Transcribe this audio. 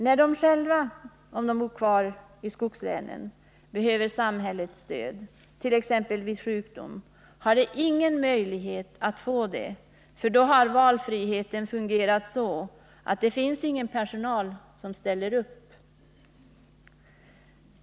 När de som bor kvar i skogslänen själva behöver samhällets stöd, t.ex. vid sjukdom, har de ingen möjlighet att få det, för då har ”valfriheten” fungerat på så sätt att det inte finns någon personal som ställer upp.